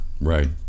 right